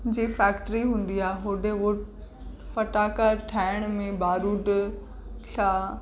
जी factory हूंदी आहे होॾे उहे फटाका ठाहिण में बारूद सां